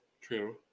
True